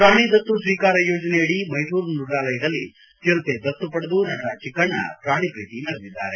ಪೂಣಿ ದತ್ತು ಸ್ವೀಕಾರ ಯೋಜನೆಯಡಿ ಮೈಸೂರು ಮ್ಯಗಾಲಯದಲ್ಲಿ ಚಿರತೆ ದತ್ತು ಪಡೆದು ನಟ ಚಿಕ್ಕಣ್ಣ ಪೂಣಿ ಪ್ರೀತಿ ಮೆರೆದಿದ್ದಾರೆ